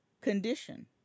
condition